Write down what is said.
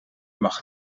mag